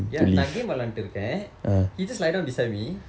ya நான்:naan game விளையாடிட்டு இருக்கேன்:vilayadittu irukkaen he just lie down beside me